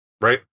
right